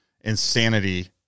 insanity